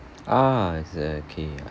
ah I see okay